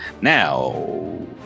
now